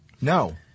No